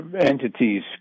entities